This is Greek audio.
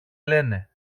λένε